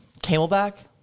camelback